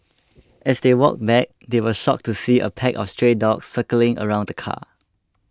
as they walked back they were shocked to see a pack of stray dogs circling around the car